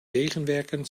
wegenwerken